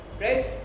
Right